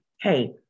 hey